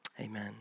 Amen